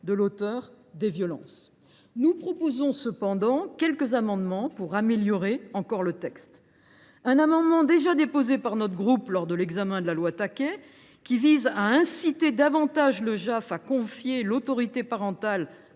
de l’auteur de violences. Cependant, nous défendrons quelques amendements pour améliorer encore le texte. Un amendement, déjà déposé par notre groupe lors de l’examen du projet de loi Taquet, vise à inciter davantage le JAF à confier l’autorité parentale,